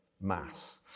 Mass